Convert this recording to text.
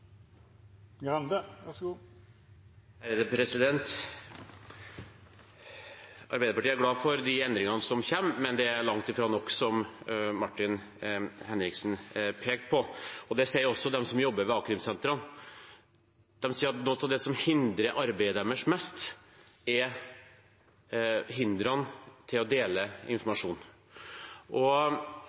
langt fra nok, slik Martin Henriksen pekte på, og det sier også de som jobber ved a-krimsentrene. De sier at noe av det som hindrer arbeidet deres mest, er det som er til hinder for å dele informasjon.